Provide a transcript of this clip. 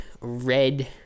red